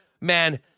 Man